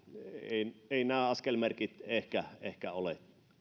eivät nämä askelmerkit ehkä ehkä ole